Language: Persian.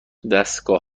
دستگاه